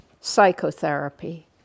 psychotherapy